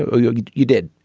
ah yeah you did